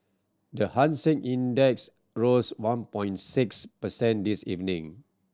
the Hang Seng Index rose one point six percent this evening